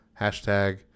Hashtag